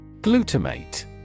Glutamate